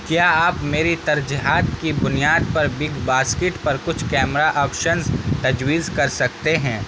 کیا آپ میری ترجیحات کی بنیاد پر بگ باسکٹ پر کچھ کیمرہ آپشنز تجویز کر سکتے ہیں